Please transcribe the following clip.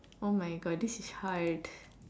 oh my God this is hard